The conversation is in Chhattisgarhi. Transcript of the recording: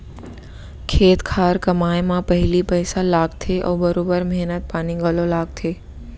खेत खार कमाए म पहिली पइसा लागथे अउ बरोबर मेहनत पानी घलौ लागथे